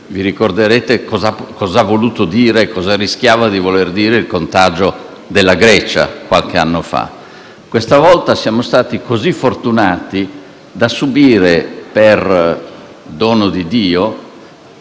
Vi ricorderete cosa rischiava di voler dire il contagio della Grecia qualche anno fa. Questa volta siamo stati così fortunati da subire per dono di Dio